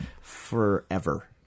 forever